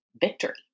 victory